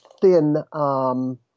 thin